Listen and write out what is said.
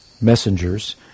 messengers